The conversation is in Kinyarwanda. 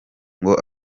ngo